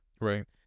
right